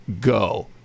go